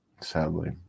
sadly